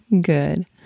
Good